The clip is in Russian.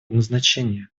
назначения